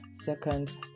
Second